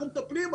אנחנו מטפלים,